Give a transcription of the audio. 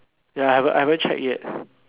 ya I haven't I haven't check yet